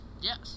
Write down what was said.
Yes